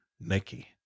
Nikki